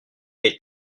est